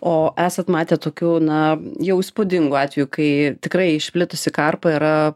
o esat matę tokių na jau įspūdingų atvejų kai tikrai išplitusi karpa yra